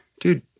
dude